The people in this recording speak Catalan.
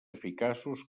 eficaços